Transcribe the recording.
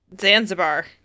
Zanzibar